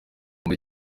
muri